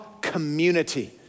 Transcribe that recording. community